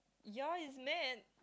ya he's met